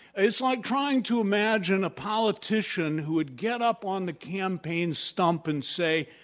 it's like trying to imagine a politician who would get up on the campaign stump and say